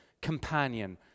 companion